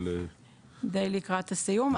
אני חושבת שאני די לקראת הסיום.